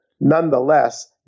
Nonetheless